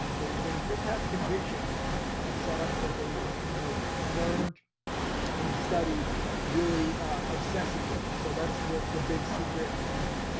um they they just have conviction on on setups that they've, you know, learned and studied really obsessively. so that's the the big secret. and,